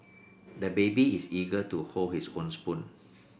the baby is eager to hold his own spoon